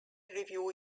review